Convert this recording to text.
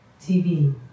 TV